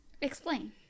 Explain